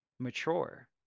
Mature